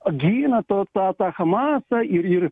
gina tą tą tą chmasą ir ir